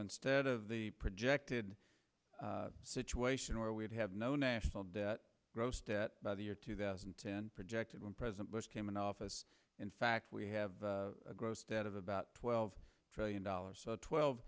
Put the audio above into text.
instead of the projected situation where we'd have no national debt gross debt by the year two thousand and ten projected when president bush came into office in fact we have a gross debt of about twelve trillion dollars so twelve